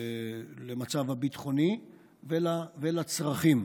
למצב הביטחוני ולצרכים.